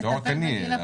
בנושא גיל הפרישה לנשים.